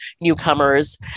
newcomers